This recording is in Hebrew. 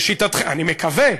לשיטתכם, אני מקווה,